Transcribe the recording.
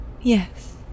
yes